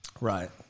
Right